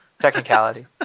technicality